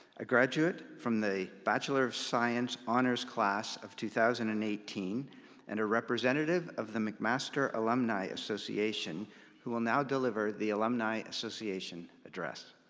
a graduate from the bachelor of science honours class of two thousand and eighteen and a representative of the mcmaster alumni association who will now deliver the alumni association address.